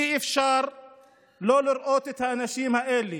אי-אפשר לא לראות את האנשים האלה.